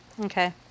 Okay